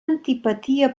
antipatia